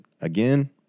Again